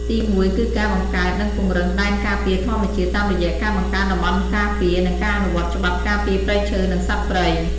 ទីមួយគឺការបង្កើត និងពង្រឹងដែនការពារធម្មជាតិ តាមរយៈការបង្កើនតំបន់ការពារ និងការអនុវត្តច្បាប់ការពារព្រៃឈើ និងសត្វព្រៃ។